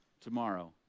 tomorrow